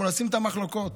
אנחנו נשאיר את המחלוקות.